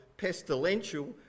pestilential